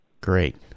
Great